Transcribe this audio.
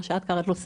כמו שאת קראת לו,